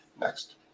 next